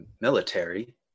military